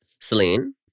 Celine